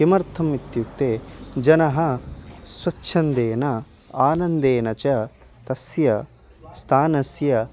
किमर्थम् इत्युक्ते जनः स्वच्छन्देन आनन्देन च तस्य स्थानस्य